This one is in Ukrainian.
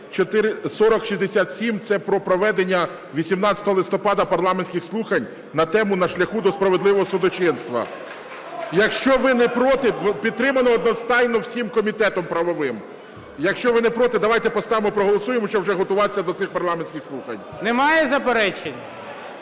4067, це про проведення 18 листопада парламентських слухань на тему: "На шляху до справедливого судочинства". Якщо ви не проти… Підтримано одностайно всім комітетом правовим. Якщо ви не проти, давайте поставимо і проголосуємо, щоб вже готуватися до цих парламентських слухань. Веде засідання